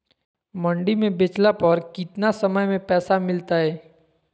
मंडी में बेचला पर कितना समय में पैसा मिलतैय?